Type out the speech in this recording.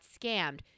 scammed